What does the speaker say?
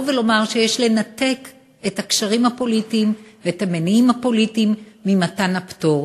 ולומר שיש לנתק את הקשרים הפוליטיים ואת המניעים הפוליטיים ממתן הפטור,